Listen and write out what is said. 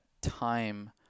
time